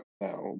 now